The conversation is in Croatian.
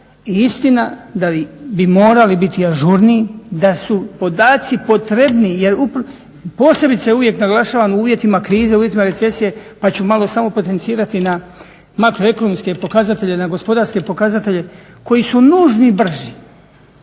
istina da bi morali biti ažurniji da su podaci potrebniji, jer posebice uvijek naglašavam u uvjetima krize, u uvjetima recesije pa ću malo samo potencirati na makro ekonomske pokazatelje, na gospodarske pokazatelje koji su nužni brži.